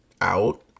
out